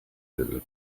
little